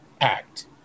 act